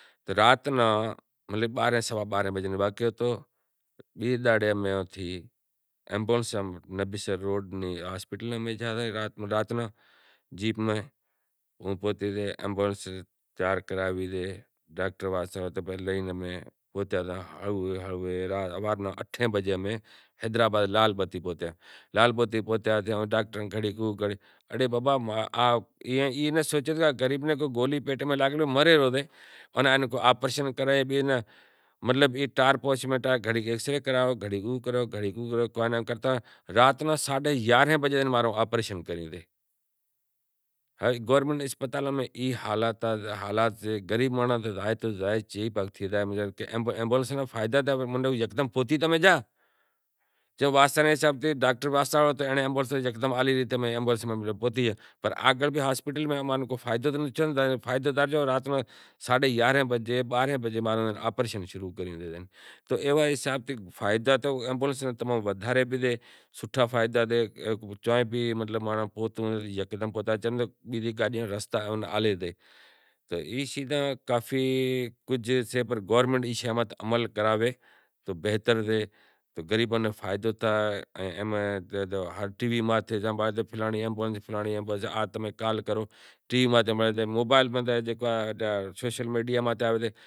رات ناں مطلب بارہیں سوا بارہیں وگے واقعو تھیو بئے دہاڑے میں ایمبولینس نبیسر اسپتال میں گیا جیپ میں ہوں پوہچی گیو ایمبولینس تیار کراوی زے ڈاکٹر کن لئے حیدرآباد لال بتی پوہتیا لال بتی پوہتیا تو ڈاکٹر آوتا نتھی ایم نیں دھیاں آلیں مریض بھلیں مری زائے ایوی ٹارپوش میں بیٹھا ریا کہ ایکس رے کرائو گھڑی او کرائو ایم کرتا کرتا رات نو ساڈھے یارہیں وجے ماں رو آپریشن کریو سے۔ گورمینٹ نی اسپتالاں میں ای حالت سے۔ بھل کراوے تو بہتر سے کو غریباں ناں فائدو تھے ہاز تمیں کال کرو ٹیہہ منٹ ماتھے ایمبولینس پوجے زائے موبائیل ماتھے جوکا سوشل میڈیا متھے آوے